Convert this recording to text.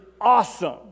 awesome